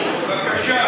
חבר הכנסת בגין, רק רגע.